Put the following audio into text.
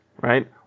right